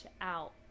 out